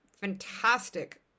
fantastic